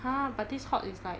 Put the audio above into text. !huh! but this hot is like